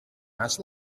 must